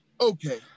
okay